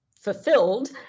fulfilled